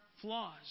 flaws